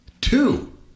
two